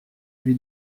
lui